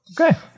Okay